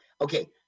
okay